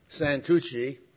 Santucci